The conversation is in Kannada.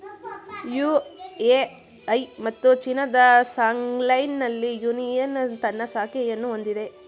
ಯು.ಎ.ಇ ಮತ್ತು ಚೀನಾದ ಶಾಂಘೈನಲ್ಲಿ ಯೂನಿಯನ್ ತನ್ನ ಶಾಖೆಯನ್ನು ಹೊಂದಿದೆ